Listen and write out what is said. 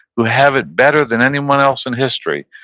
who have it better than anyone else in history,